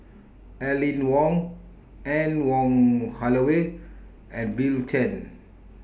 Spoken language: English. Aline Wong Anne Wong Holloway and Bill Chen